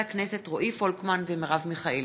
עודד פורר, חמד עמאר, מרדכי יוגב,